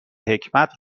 حکمت